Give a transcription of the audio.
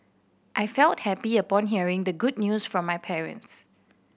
I felt happy upon hearing the good news from my parents